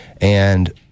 And-